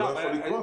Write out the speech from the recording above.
זה לא יכול לקרות.